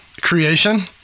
creation